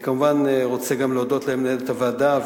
אני כמובן רוצה גם להודות למנהלת הוועדה,